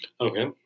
Okay